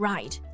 Right